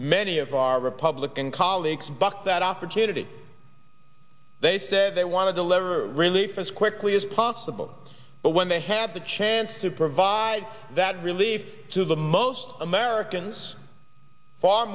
many of our republican colleagues bucked that opportunity they say they want deliver relief as quickly as possible but when they had the chance to provide that relief to the most americans far